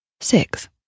six